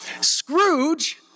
Scrooge